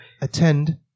attend